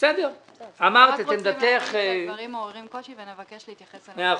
אנחנו רק רוצים להגיד שהדברים מעוררים קושי ונבקש להתייחס אליהם בהמשך.